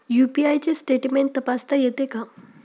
UPI चे statement तपासता येते का?